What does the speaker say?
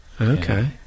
okay